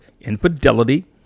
infidelity